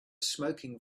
smoking